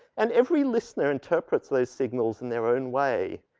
and every listener interprets those signals in their own way.